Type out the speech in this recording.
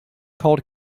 called